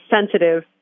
sensitive